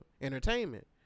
entertainment